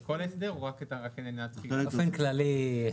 באופן כללי.